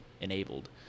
enabled